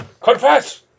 Confess